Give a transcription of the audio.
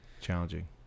Challenging